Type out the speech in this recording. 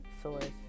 Source